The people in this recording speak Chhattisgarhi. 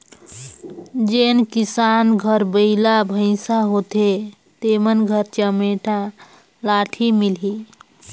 जेन किसान घर बइला भइसा होथे तेमन घर चमेटा लाठी मिलही